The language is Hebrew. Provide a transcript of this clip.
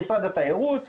במשרד התיירות,